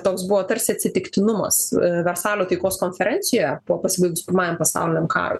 toks buvo tarsi atsitiktinumas versalio taikos konferencijoje po pasibaigus pirmajam pasauliniam karui